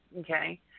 Okay